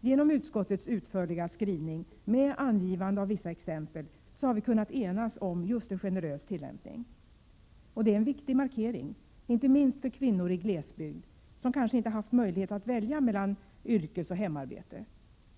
Genom utskottets utförliga skrivning med angivande av vissa exempel har vi kunnat enas om just en generös tillämpning. Detta är en viktig markering — inte minst för kvinnor i glesbygd, som kanske inte haft möjlighet att välja mellan yrkesoch hemarbete.